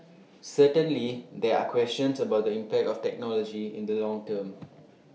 certainly there are questions about the impact of technology in the long term